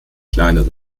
kleinere